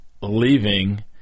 leaving